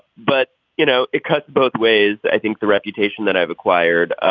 but you know it cuts both ways. i think the reputation that i've acquired